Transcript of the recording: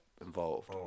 involved